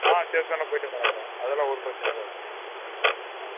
ஆ சரி சார் போய்விட்டு வந்துடலாம் சார் அதெல்லாம் ஒரு பிரச்சினையும் வராது சார் ஆ